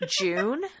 June